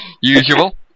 usual